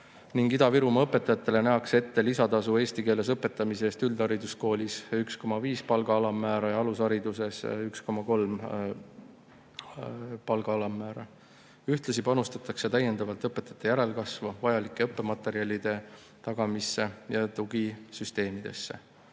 ning Ida-Virumaa õpetajatele nähakse ette lisatasu eesti keeles õpetamise eest: üldhariduskoolis on [koefitsient] 1,5 ja alushariduses 1,3. Ühtlasi panustatakse täiendavalt õpetajate järelkasvu, vajalike õppematerjalide tagamisse ja tugisüsteemidesse.